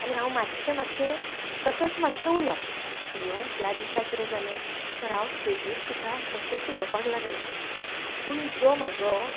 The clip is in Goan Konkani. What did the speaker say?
आनी हांव मातशें मातशें तशेंच मातशें उलोवप इव्हन त्या दिसा कितें जालें तर हांव स्टॅजीर सुद्दां तशेंच उलोवपाक लागलें पूण जो म्हाजो